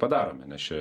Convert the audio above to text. padarome nes čia